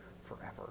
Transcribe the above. forever